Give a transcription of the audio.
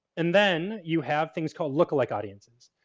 and then you have things called look-alike audiences.